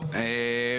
טוב,